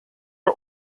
are